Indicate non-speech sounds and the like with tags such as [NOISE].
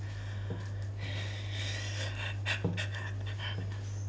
[NOISE]